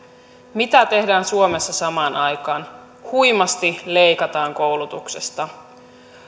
mitä tehdään suomessa samaan aikaan huimasti leikataan koulutuksesta